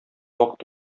вакыт